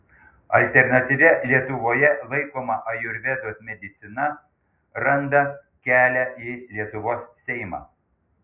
alternatyvia lietuvoje laikoma ajurvedos medicina randa kelią į lietuvos seimą